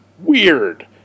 weird